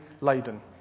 laden